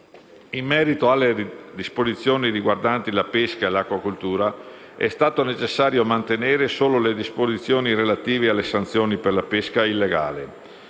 In merito alle disposizioni riguardanti la pesca e l'acquacoltura, è stato necessario mantenere solo le disposizioni relative alle sanzioni per la pesca illegale,